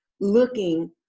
looking